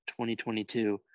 2022